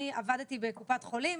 אני עבדתי בקופת חולים,